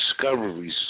discoveries